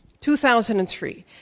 2003